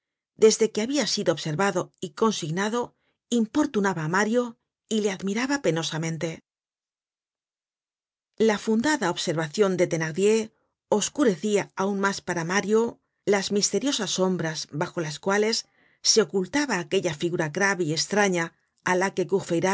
desde que habia sido observado y consignado importunaba á mario y le admiraba penosamente la fundada observacion de thenardier oscurecia aun mas para mario las misteriosas sombras bajo las cuales se ocultaba aquella figura grave y estraña á la que